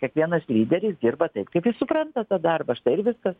kiekvienas lyderis dirba taip kaip jis supranta tą darbą štai ir viskas